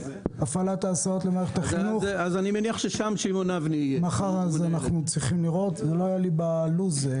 זה לא היה לי בלו"ז.